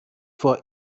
vor